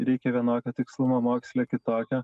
reikia vienokio tikslumo moksle kitokio